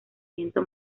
viento